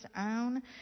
own